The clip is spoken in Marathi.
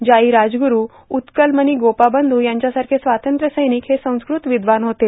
जायी राजगुरू उत्कल मनी गोपाबंधु यांच्यासारखे स्वातंत्र्य सैनिक हे संस्कृत विद्ववान होते